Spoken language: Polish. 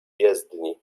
jezdni